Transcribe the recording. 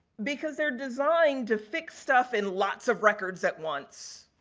because they're designed to fix stuff in lots of records at once